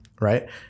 right